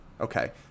Okay